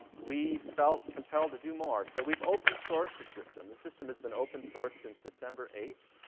we felt compelled to do more. so we've open sourced the system. the system has been open sourced since december eighth,